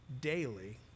daily